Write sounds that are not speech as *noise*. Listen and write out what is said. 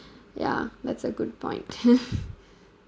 ya that's a good point *laughs*